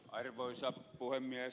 arvoisa puhemies